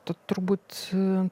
tu turbūt su